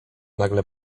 nagle